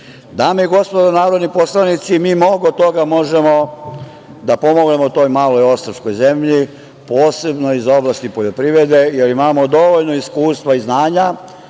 i gospodo narodni poslanici, mi mnogo toga možemo da pomognemo toj maloj ostrvskoj zemlji, posebno iz oblasti poljoprivrede, jer imamo dovoljno iskustva i znanja,